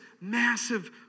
massive